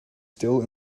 still